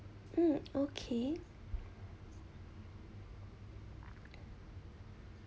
mm okay